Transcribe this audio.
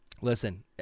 listen